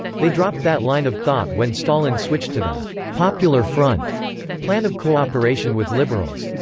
they dropped that line of thought when stalin switched to the popular front plan of cooperation with liberals.